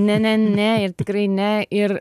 ne ne ne ir tikrai ne ir